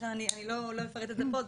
לכן אני לא אפרט את זה פה,